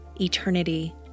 eternity